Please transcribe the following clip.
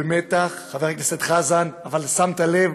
חבר הכנסת חזן, היינו במתח, אבל שמת לב: